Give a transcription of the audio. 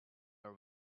are